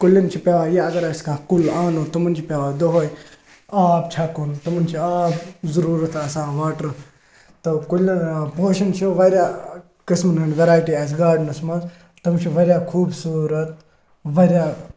کُلٮ۪ن چھِ پٮ۪وان یہِ اگر اَسہِ کانٛہہ کُل اَنو تِمَن چھِ پٮ۪وان دۄہَے آب چھَکُن تِمَن چھِ آب ضُروٗرتھ آسان واٹر تہٕ کُلٮ۪ن پوشَن چھِ واریاہ قٕسمَن ہٕنٛدۍ وٮ۪رایٹی آسہِ گاڈنَس منٛز تِم چھِ واریاہ خوٗبصوٗرت واریاہ